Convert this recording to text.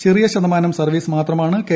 ചെറിയൊരു ശതമാനം സർവീസ് മാത്രമാണ് കെ